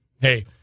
hey